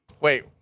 wait